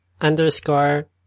underscore